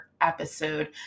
episode